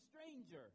stranger